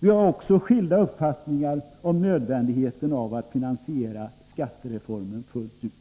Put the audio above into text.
Vi har också skilda uppfattningar om nödvändigheten av att finansiera skattereformen fullt ut.